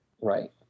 Right